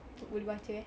boleh baca eh